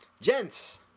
Gents